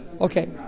Okay